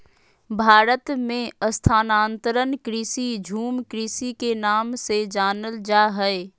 भारत मे स्थानांतरण कृषि, झूम कृषि के नाम से जानल जा हय